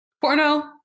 Porno